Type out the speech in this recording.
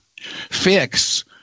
fix